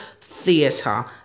theater